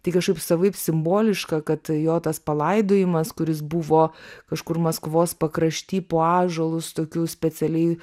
tai kažkaip savaip simboliška kad jo tas palaidojimas kuris buvo kažkur maskvos pakrašty po ąžuolu su tokiu specialiai